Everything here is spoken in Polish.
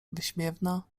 wyśmiewna